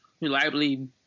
reliably